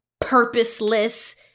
purposeless